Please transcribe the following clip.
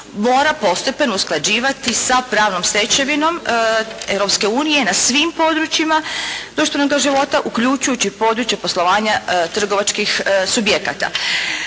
mora postepeno usklađivati sa pravnom stečevinom Europske unije na svim područjima društvenoga života uključujući područje poslovanja trgovačkih subjekata.